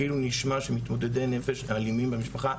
כאילו נשמע שמתמודדי נפש אלימים במשפחה,